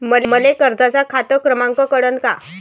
मले कर्जाचा खात क्रमांक कळन का?